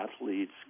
athletes